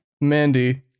Mandy